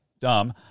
Dumb